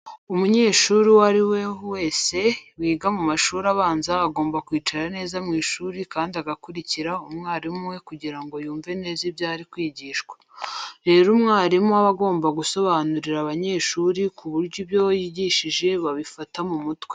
Umunyeshuri uwo ari we wese wiga mu mashuri abanza agomba kwicara neza mu ishuri kandi agakurikira umwarimu we kugira ngo yumve neza ibyo ari kwigishwa. Rero umwarimu aba agomba gusobanurira abanyeshuri ku buryo ibyo yigishije babifata mu mutwe.